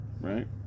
right